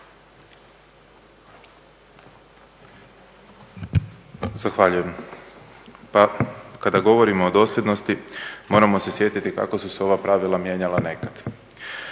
Zahvaljujem. Pa kada govorimo o dosljednosti, moramo se sjetiti kako su se ova pravila mijenjala nekad.